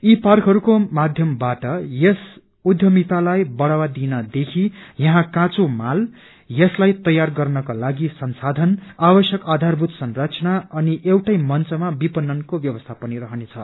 यी पार्कहरूको माध्यमबाट यस उद्यमीतालाई बढ़ावा दिनदेखि यहाँ काँचो माल यसलाई तयार गर्नको लागि संशाधन आवश्यक आधारभूत संरचना अनि एउटै मंचमा विपणनको व्यवस्था पनि रहनेछ